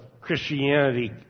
Christianity